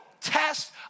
test